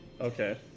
Okay